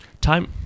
Time